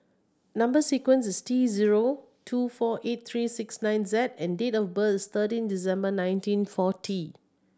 number sequence is T zero two four eight three six nine Z and date of birth is thirteen December nineteen forty